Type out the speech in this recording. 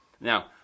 Now